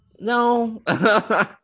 no